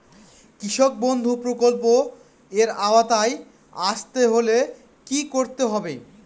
কৃষকবন্ধু প্রকল্প এর আওতায় আসতে হলে কি করতে হবে?